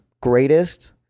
greatest